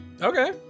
Okay